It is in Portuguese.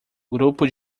grupo